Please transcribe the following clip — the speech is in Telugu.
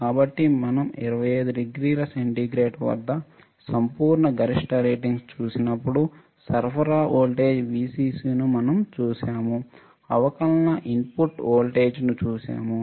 కాబట్టి మనం 25 డిగ్రీల సెంటీగ్రేడ్ వద్ద సంపూర్ణ గరిష్టా రేటింగ్స్ చూసినప్పుడు సరఫరా వోల్టేజ్ VCC ను మనం చూశాము అవకలన ఇన్పుట్ వోల్టేజ్ ను చూశాము